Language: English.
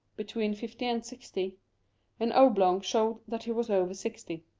between fifty and sixty and oblong showed that he was over sixty.